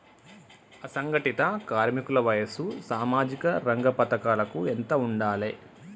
అసంఘటిత కార్మికుల వయసు సామాజిక రంగ పథకాలకు ఎంత ఉండాలే?